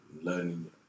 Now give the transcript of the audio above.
Learning